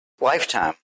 lifetime